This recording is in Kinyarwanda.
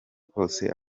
kose